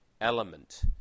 element